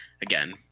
again